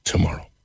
Tomorrow